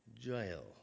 jail